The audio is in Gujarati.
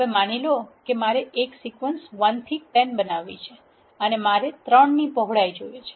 હવે માની લો કે મારે એક સિક્વન્સ 1 થી 10 બનાવવી છે અને મારે 3 ની પહોળાઈ જોવે છે